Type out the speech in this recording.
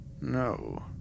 No